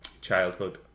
childhood